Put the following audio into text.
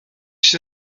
się